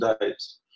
days